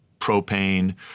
propane